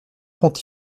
font